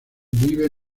vive